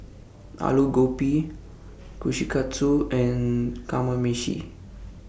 Alu Gobi Kushikatsu and Kamameshi